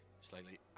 slightly